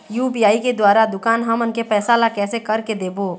UPI के द्वारा दुकान हमन के पैसा ला कैसे कर के देबो?